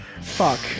Fuck